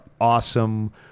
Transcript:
awesome